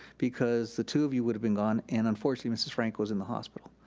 because the two of you would've been gone and unfortunately mrs. franco is in the hospital.